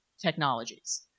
technologies